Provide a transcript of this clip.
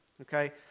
Okay